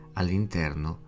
all'interno